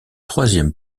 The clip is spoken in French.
troisième